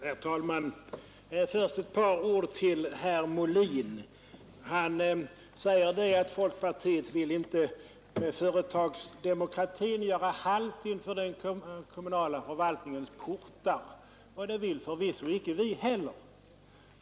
Herr talman! Först ett par ord till herr Molin. Han säger att folkpartiet inte i fråga om företagsdemokratin vill göra halt inför den kommunala förvaltningens portar, och det vill förvisso icke vi heller.